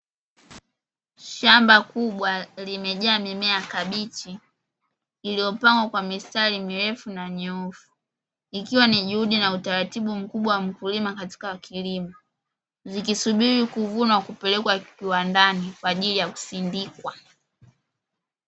Shamba kubwa limejaa mimea ya kabichi iliyopangwa kwa mistari mirefu na minyoofu, ikiwa ni juhudi na utaratibu mkubwa wa mkulimo katika kiimo zikisubili kuvunwa kupelekwa kiwandani kwa ajili ya kusindikwa.